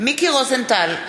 מיקי רוזנטל,